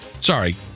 sorry